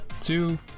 two